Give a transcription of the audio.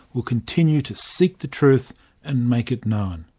will continue to seek the truth and make it known'.